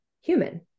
human